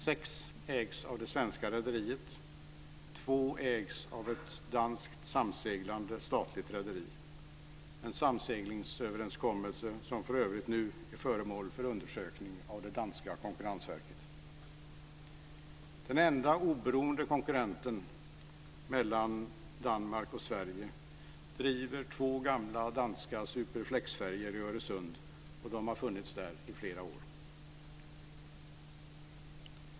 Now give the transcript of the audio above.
Sex ägs av det svenska rederiet, två av ett danskt samseglande statligt rederi - en samseglingsöverenskommelse som för övrigt nu är föremål för undersökning av det danska konkurrensverket. Den enda oberoende konkurrenten mellan Danmark och Sverige driver två gamla danska superflexfärjor i Öresund, och de har funnits där i flera år.